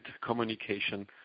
communication